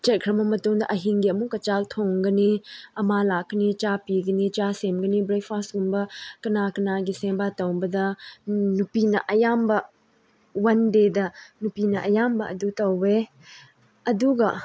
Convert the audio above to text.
ꯆꯠꯈ꯭ꯔꯕ ꯃꯇꯨꯡꯗ ꯑꯍꯤꯡꯒꯤ ꯑꯃꯨꯛꯀ ꯆꯥꯛ ꯊꯣꯡꯒꯅꯤ ꯑꯃ ꯂꯥꯛꯀꯅꯤ ꯆꯥ ꯄꯤꯒꯅꯤ ꯆꯥ ꯁꯦꯝꯒꯅꯤ ꯕ꯭ꯔꯦꯛꯐꯥꯁꯀꯨꯝꯕ ꯀꯅꯥ ꯀꯅꯥꯒꯤ ꯁꯦꯕꯥ ꯇꯧꯕꯗ ꯅꯨꯄꯤꯅ ꯑꯌꯥꯝꯕ ꯋꯥꯟ ꯗꯦꯗ ꯅꯨꯄꯤꯅ ꯑꯌꯥꯝꯕ ꯑꯗꯨ ꯇꯧꯋꯦ ꯑꯗꯨꯒ